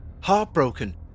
heartbroken